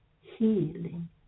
healing